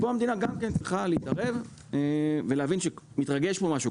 כאן המדינה צריכה להתערב ולהבין שמתרגש כאן משהו,